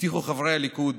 שהבטיחו חברי הליכוד